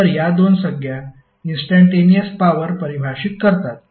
तर या दोन संज्ञा इंस्टंटेनिअस पॉवर परिभाषित करतात